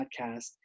podcast